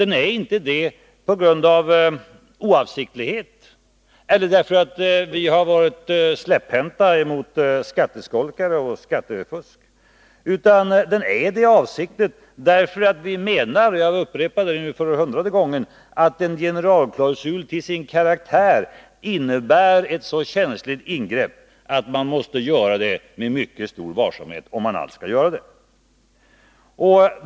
Den är det inte på grund av oavsiktlighet eller därför att vi varit släpphänta mot skatteskolkare, utan den är det avsiktligt, därför att vi menar — jag upprepar det för hundrade gången — att en generalklausul till sin karaktär innebär ett så känsligt ingrepp att man måste göra det med mycket stor varsamhet, om man alls skall göra det.